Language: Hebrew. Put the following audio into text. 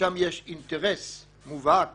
ששם יש אינטרס מובהק